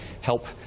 Help